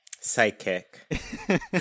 Psychic